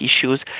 issues